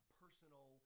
personal